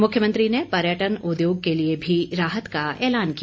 मुख्यमंत्री ने पर्यटन उद्योग के लिए भी राहत का ऐलान किया